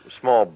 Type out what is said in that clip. small